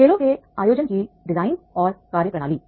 खेलों के आयोजन की डिजाइन और कार्यप्रणाली